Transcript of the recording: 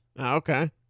Okay